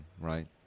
right